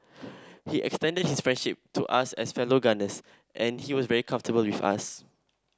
he extended his friendship to us as fellow gunners and he was very comfortable with us